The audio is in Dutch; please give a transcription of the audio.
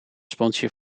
sponsje